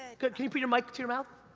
ah could could you put your mic to your mouth?